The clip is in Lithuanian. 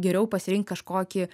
geriau pasirinkt kažkokį